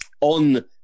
on